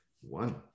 One